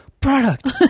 product